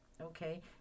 Okay